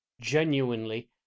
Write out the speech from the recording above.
genuinely